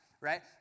right